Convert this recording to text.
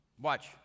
Watch